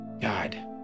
God